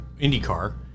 IndyCar